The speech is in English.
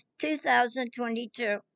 2022